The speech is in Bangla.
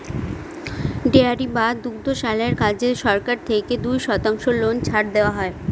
ডেয়ারি বা দুগ্ধশালার কাজে সরকার থেকে দুই শতাংশ লোন ছাড় দেওয়া হয়